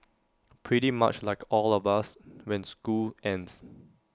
pretty much like all of us when school ends